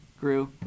grew